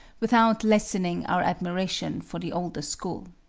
without lessening our admiration for the older school.